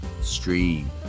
stream